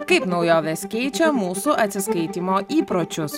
kaip naujovės keičia mūsų atsiskaitymo įpročius